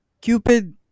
Cupid